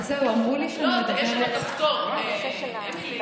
יש שם כפתור, אמילי.